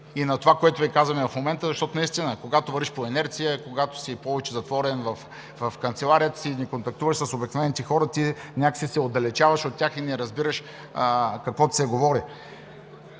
и на това, което Ви казваме в момента. Защото наистина, когато вървиш по инерция, когато си повече затворен в канцеларията си или не контактуваш с обикновените хора, ти някак си се отдалечаваш от тях и не разбираш какво се говори.